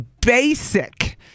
basic